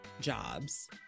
jobs